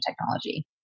technology